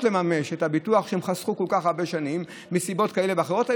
לממש את הביטוח שהם חסכו כל כך הרבה שנים מסיבות כאלה ואחרות,